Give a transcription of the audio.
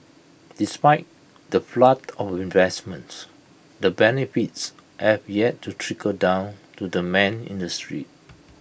despite the flood of investments the benefits have yet to trickle down to the man in the street